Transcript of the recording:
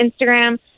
Instagram